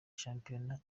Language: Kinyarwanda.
shampiyona